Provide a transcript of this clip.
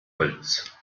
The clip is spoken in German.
holz